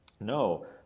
no